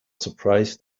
surprised